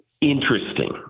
interesting